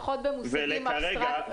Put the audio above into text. פחות במושגים ירון,